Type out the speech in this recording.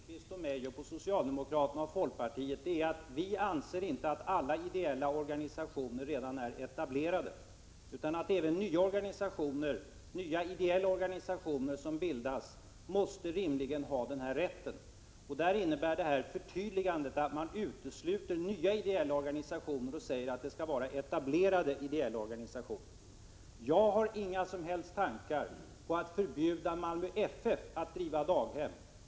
Herr talman! Skillnaden mellan Bengt Lindqvist och mig och mellan socialdemokraterna och folkpartiet är den att vi inte anser att alla ideella organisationer redan är etablerade, utan att även nya ideella organisationer rimligen måste ha den här rätten. Förtydligandet innebär att man utesluter nya ideella organisationer och säger att det skall vara etablerade ideella organisationer. Jag har inga som helst tankar på att man bör förbjuda Malmö FF att driva daghem.